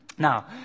Now